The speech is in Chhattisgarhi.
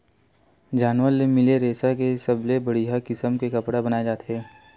जानवर ले मिले रेसा के सबले बड़िया किसम के कपड़ा बनाए जाथे